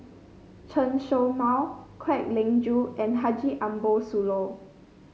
Chen Show Mao Kwek Leng Joo and Haji Ambo Sooloh